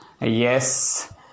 Yes